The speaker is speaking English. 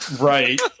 Right